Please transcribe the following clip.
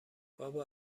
بابا